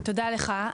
תודה לך.